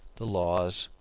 the laws,